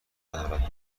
ندارد